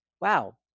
wow